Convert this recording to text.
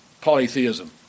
polytheism